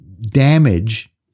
damage